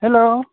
hello